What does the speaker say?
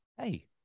Hey